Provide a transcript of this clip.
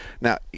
Now